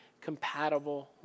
compatible